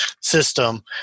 system